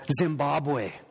Zimbabwe